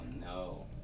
no